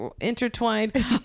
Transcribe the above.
intertwined